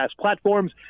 platforms